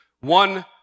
One